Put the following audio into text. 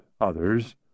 others